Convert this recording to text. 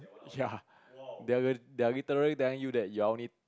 ya they they are literally tell you that you're only